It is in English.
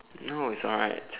no it's alright